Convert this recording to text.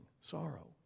sorrow